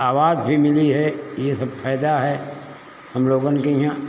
आवास भी मिली है ये सब फायदा है हम लोगन के यहाँ